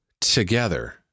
together